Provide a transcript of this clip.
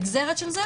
הנגזרת של זה